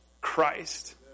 Christ